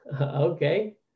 Okay